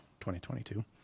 2022